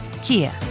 Kia